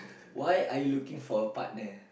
why are looking for a partner